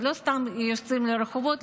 ולא סתם יוצאים לרחובות,